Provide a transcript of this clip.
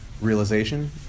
realization